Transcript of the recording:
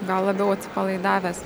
gal labiau atsipalaidavęs